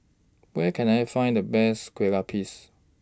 Where Can I Find The Best Kueh Lupis